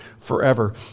forever